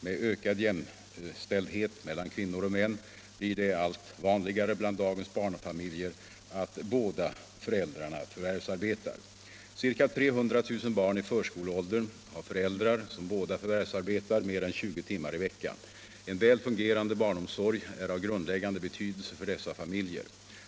Med ökad jämställdhet mellan kvinnor och män blir det allt vanligare bland dagens barnfamiljer att båda föräldrarna förvärvsarbetar. Ca 300 000 barn i förskoleåldern har föräldrar som båda förvärvsarbetar mer än 20 timmar i veckan. En väl fungerande barnomsorg är av grundläggande betydelse för dessa familjer.